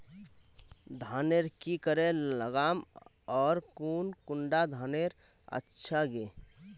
धानेर की करे लगाम ओर कौन कुंडा धानेर अच्छा गे?